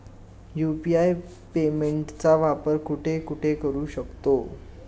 UPI पेमेंटचा वापर कुठे कुठे करू शकतो?